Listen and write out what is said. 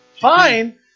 fine